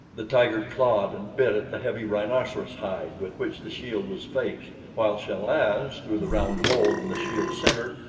the tiger clawed and bit at the heavy rhinoceros hide with which the shield was faced, while chal-az, through the round hole in the shield's center,